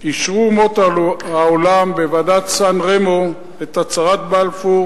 אישרו אומות העולם בוועידת סן-רמו את הצהרת בלפור